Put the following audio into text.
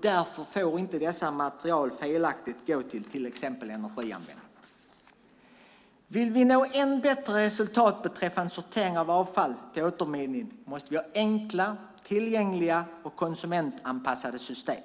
Därför får inte dessa material felaktigt gå till exempelvis energianvändning. Vill vi nå än bättre resultat beträffande sortering av avfall till återvinning måste vi ha enkla, tillgängliga och konsumentanpassade system.